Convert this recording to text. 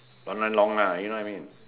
online long lah you know what I mean